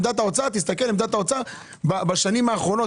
עמדת האוצר תסתכל בשנים האחרונות,